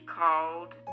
called